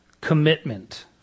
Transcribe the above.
commitment